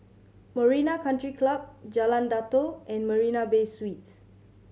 Marina Country Club Jalan Datoh and Marina Bay Suites